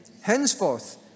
henceforth